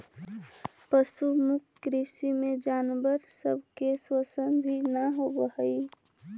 पशु मुक्त कृषि में जानवर सब के शोषण भी न होब हई